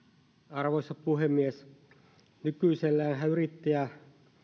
arvoisa puhemies nykyiselläänhän yrittäjä